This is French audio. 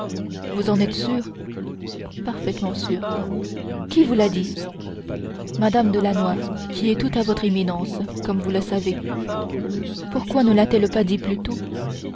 vous en êtes sûr parfaitement sûr qui vous l'a dit mme de lannoy qui est toute à votre éminence comme vous le savez pourquoi ne la t elle pas dit plus tôt